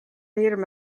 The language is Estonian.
hirm